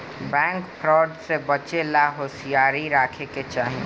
bank fraud से बचे ला होसियारी राखे के चाही